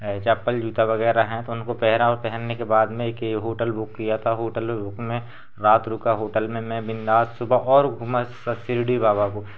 ये चप्पल जूता वघेरह हैं तो उनको पहना और पहनने के बाद में एक ये होटल बुक किया था होटल बुक में रात रुका होटल में मैं बिंदास सुबह और घूमा शिरडी बाबा को